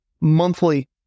monthly